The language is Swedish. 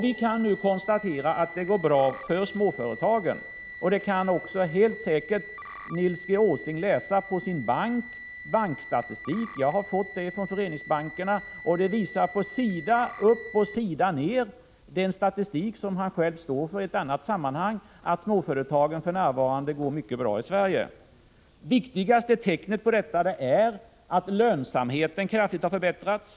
Vi kan nu konstatera att det går bra för småföretagen. Det kan helt säkert också Nils G. Åsling läsa i sin banks statistik. Jag har fått bankstatistik från Föreningsbankerna, och denna statistik, som Nils G. Åsling själv står för i ett annat sammanhang, visar sida upp och sida ner att småföretagen i Sverige för närvarande går mycket bra. Viktigaste tecknet på detta är att lönsamheten kraftigt har förbättrats.